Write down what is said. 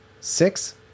Six